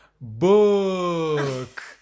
book